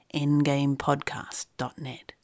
endgamepodcast.net